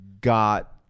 got